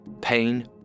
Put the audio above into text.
Pain